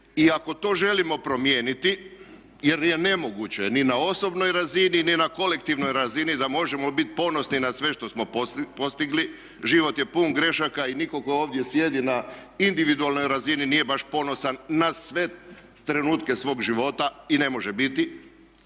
I ako to želimo promijeniti jer je nemoguće ni na osobnoj razini ni na kolektivnoj razini da možemo biti ponosni na sve što smo postigli, život je pun grešaka i nitko tko ovdje sjedi na individualnoj razini nije baš ponosan na sve trenutke svog života i ne može biti.